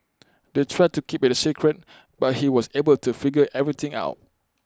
they tried to keep IT A secret but he was able to figure everything out